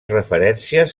referències